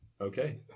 okay